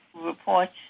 reports